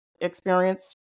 experience